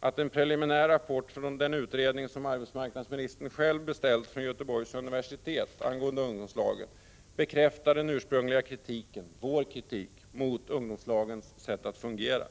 att en preliminär rapport från den utredning angående ungdomslagen som arbetsmarknadsministern själv beställt från Göteborgs universitet bekräftar den ursprungliga kritiken — vår kritik — mot ungdomslagens sätt att fungera.